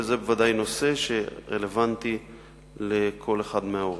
וזה בוודאי נושא שרלוונטי לכל אחד מההורים.